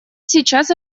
сейчас